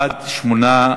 בעד, 8,